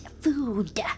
food